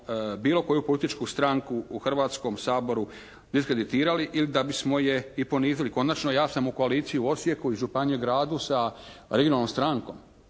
bilo koju političku stranku u Hrvatskom saboru diskreditirali ili da bismo je i ponizili. Konačno ja sam u koaliciji u Osijeku i županiji i gradu sa regionalnom strankom.